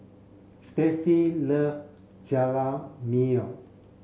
Stacey love Jajangmyeon